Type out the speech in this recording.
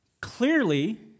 Clearly